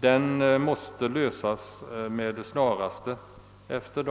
Den måste lösas efter